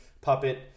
Puppet